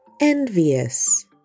envious